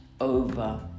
over